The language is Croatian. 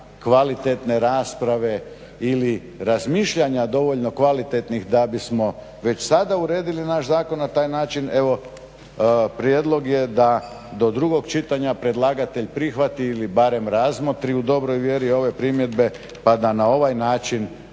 kvalitetne rasprave ili razmišljanja dovoljno kvalitetnih da bismo već sada uredili naš zakon na taj način, evo prijedlog je da do drugog čitanja predlagatelj prihvati ili barem razmotri u dobroj vjeri ove primjedbe pa da na ovaj način